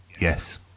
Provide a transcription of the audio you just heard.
yes